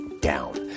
down